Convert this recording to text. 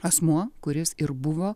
asmuo kuris ir buvo